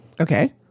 Okay